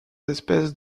espèces